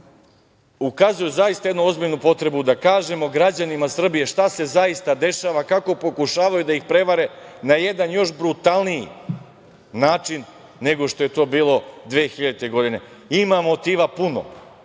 jednu zaista jednu ozbiljnu potrebu da kažemo građanima Srbije šta se zaista dešava, kako pokušavaju da ih prevare na jedan još brutalniji način nego što je to bilo 2000. godine. Ima motiva puno.